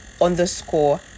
underscore